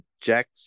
Jack